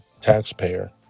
taxpayer